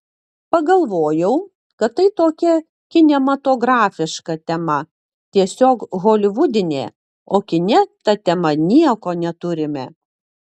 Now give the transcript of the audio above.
pagalvojau kad tai tokia kinematografiška tema tiesiog holivudinė o kine ta tema nieko neturime